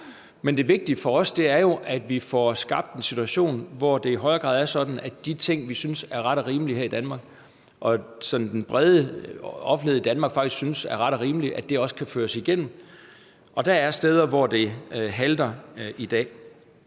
men det vigtige for os er jo, at vi får skabt en situation, hvor det i højere grad er sådan, at de ting, vi synes er ret og rimeligt her i Danmark, og som den brede offentlighed i Danmark faktisk synes er ret og rimeligt, også kan føres igennem. Der er steder, hvor det halter i dag.